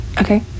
okay